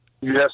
Yes